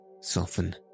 soften